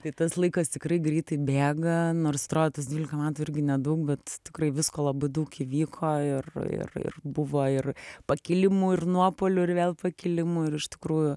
tai tas laikas tikrai greitai bėga nors atro tas dvylika metų irgi nedaug bet tikrai visko labai daug įvyko ir ir ir buvo ir pakilimų ir nuopuolių ir vėl pakilimų ir iš tikrųjų